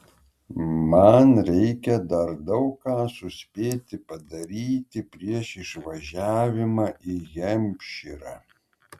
man reikia dar daug ką suspėti padaryti prieš išvažiavimą į hempšyrą